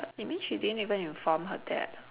that means she didn't even inform her dad